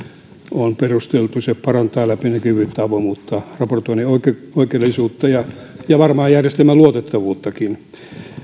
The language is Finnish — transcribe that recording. on perusteltu se parantaa läpinäkyvyyttä avoimuutta raportoinnin oikea aikaisuutta ja varmaan järjestelmän luotettavuuttakin